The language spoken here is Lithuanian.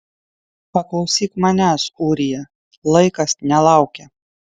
paklausyk manęs ūrija laikas nelaukia